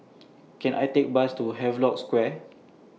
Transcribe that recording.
Can I Take Bus to Havelock Square